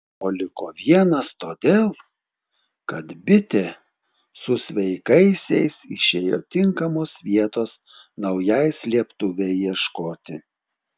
o liko vienas todėl kad bitė su sveikaisiais išėjo tinkamos vietos naujai slėptuvei ieškoti